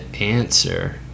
answer